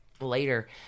later